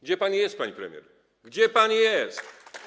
Gdzie pani jest, pani premier, gdzie pani jest?